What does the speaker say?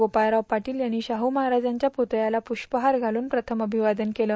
गोपाळराव पाटील यांनी शाह महाराजांच्या पुतळ्याला पुष्पहार घालून प्रथम अभिवादन केलं